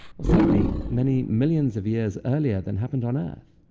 or certainly many millions of years earlier than happened on earth.